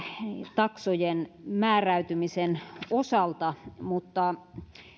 taksojen määräytymisen osalta mutta